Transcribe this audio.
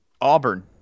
Auburn